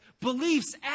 beliefs